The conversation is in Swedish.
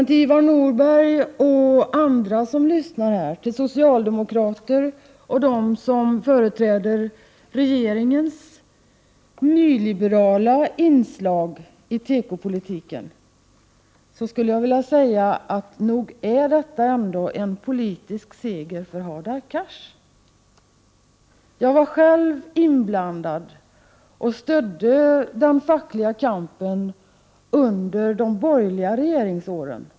Till Ivar Nordberg och till andra socialdemokrater och till andra som stöder regeringens nyliberala inslag i tekopolitiken skulle jag vilja säga, att nog är detta en politisk seger för Hadar Cars! Jag var själv inblandad i och stödde den fackliga kampen under de borgerliga regeringsåren.